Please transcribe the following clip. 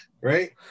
right